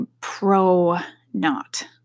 pro-not